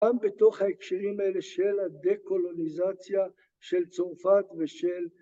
‫גם בתוך ההקשרים האלה של ‫הדה-קולוניזציה של צרפת ושל...